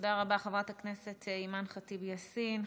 תודה רבה, חברת הכנסת אימאן ח'טיב יאסין.